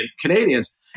Canadians